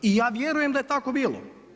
I ja vjerujem da je tako bilo.